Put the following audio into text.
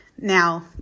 Now